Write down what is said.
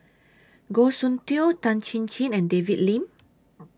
Goh Soon Tioe Tan Chin Chin and David Lim